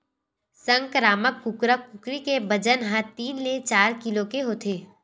संकरामक कुकरा कुकरी के बजन ह तीन ले चार किलो के होथे